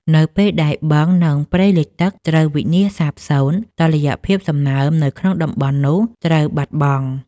នៅពេលដែលបឹង និងព្រៃលិចទឹកត្រូវវិនាសសាបសូន្យ តុល្យភាពសំណើមនៅក្នុងតំបន់នោះត្រូវបាត់បង់។